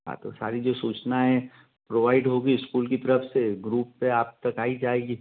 हाँ तो सारी जो सूचना हैं प्रोवाइड होगी स्कूल की तरफ से ग्रुप पर आप तक आ ही जाएगी